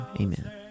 amen